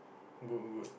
good good